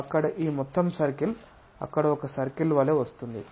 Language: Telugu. అక్కడ ఈ మొత్తం సర్కిల్ అక్కడ ఒక సర్కిల్ వలె వస్తుంది